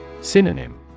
Synonym